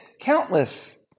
countless